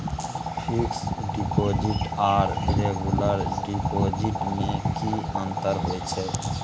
Fix deposit आर regular deposit में की अंतर होय छै?